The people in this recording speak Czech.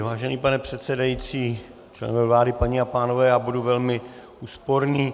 Vážený pane předsedající, členové vlády, paní a pánové, já budu velmi úsporný.